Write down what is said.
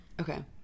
okay